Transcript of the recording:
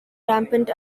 rampant